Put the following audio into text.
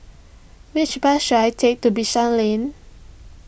which bus should I take to Bishan Lane